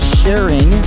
sharing